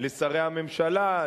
לשרי הממשלה,